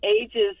ages